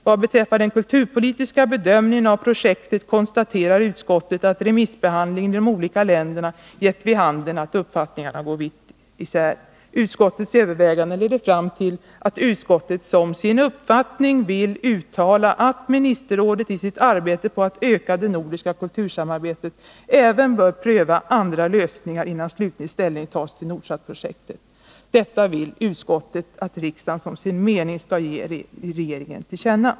Vad beträffar den kulturpolitiska bedömningen av projektet konstaterar utskottet att remissbehandlingen i de olika länderna gett vid handen att uppfattningarna går vitt isär.” Utskottets överväganden ledde fram till att utskottet som sin uppfattning vill uttala ”att ministerrådet i sitt arbete på att öka det nordiska kultursamarbetet även bör pröva andra lösningar innan slutlig ställning tas till Nordsatprojektet”. Detta vill utskottet att riksdagen som sin mening skall ge regeringen till känna.